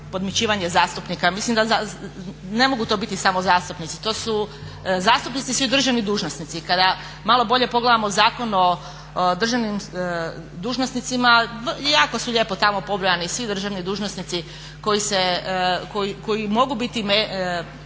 podmićivanje zastupnika. Mislim da ne mogu to biti samo zastupnici, to su zastupnici i svi državni dužnosnici. Kada malo bolje pogledamo Zakon o državnim dužnosnicima jako su lijepo tamo pobrojani svi državni dužnosnici koji mogu biti